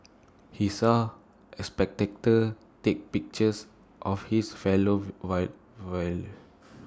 he saw A spectators take pictures of his fellow